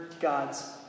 God's